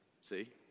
See